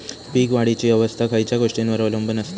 पीक वाढीची अवस्था खयच्या गोष्टींवर अवलंबून असता?